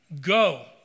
go